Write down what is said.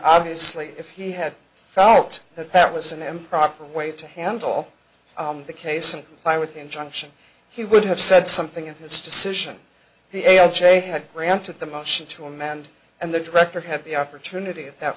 obviously if he had felt that that was an improper way to handle the case and by with the injunction he would have said something in his decision the a r j had granted the motion to amend and the director had the opportunity at that